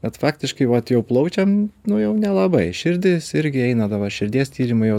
bet faktiškai vat jau plaučiam nu jau nelabai širdys irgi eina dabar širdies tyrimai jau